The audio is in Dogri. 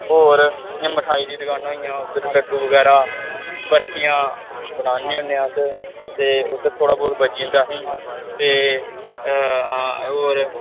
होर जियां मठाई दी दकानां होई गेइयां उद्धर लडडू बगैरा बर्फियां बनाने होन्ने आं अस ते उद्धर थोह्ड़ा बहुत बची जंदा असेंगी ते होर